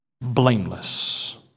blameless